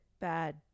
bad